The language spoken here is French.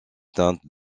teintes